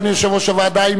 אדוני יושב-ראש הוועדה,